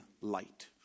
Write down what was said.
light